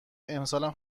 امسالم